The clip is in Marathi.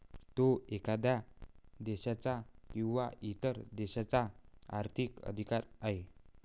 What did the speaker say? तो एखाद्या देशाचा किंवा इतर प्रदेशाचा आर्थिक अधिकार आहे